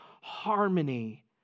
harmony